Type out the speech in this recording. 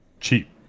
cheap